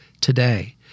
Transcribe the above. today